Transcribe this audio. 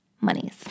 monies